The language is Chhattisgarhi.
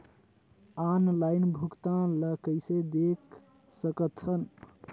ऑनलाइन भुगतान ल कइसे देख सकथन?